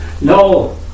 No